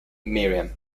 merriam